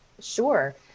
Sure